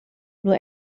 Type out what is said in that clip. nur